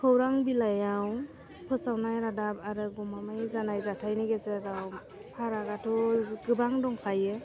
खौरां बिलाइआव फोसावनाय रादाब आरो गमामायै जानाय जाथाइनि गेजेराव फारागआथ' गोबां दंखायो